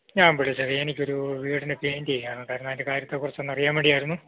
ഞാൻ വിളിച്ചത് എനിക്ക് ഒരു വീടിന് പെയിന്റ് ചെയ്യാൻ ഉണ്ടായിരുന്നു അതിൻ്റെ കാര്യത്തെക്കുറിച്ച് ഒന്ന് അറിയാൻ വേണ്ടി ആയിരുന്നു